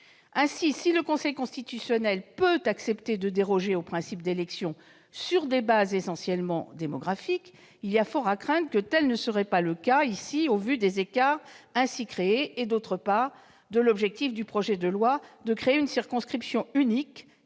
Si le Conseil constitutionnel peut accepter de déroger au principe d'élections sur des bases essentiellement démographiques, il y a fort à craindre que tel ne serait pas le cas ici au vu, d'une part, des écarts ainsi créés et, d'autre part, de l'objectif du projet de loi : créer une circonscription unique,